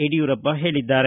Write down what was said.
ಯಡಿಯೂರಪ್ಪ ಹೇಳಿದ್ದಾರೆ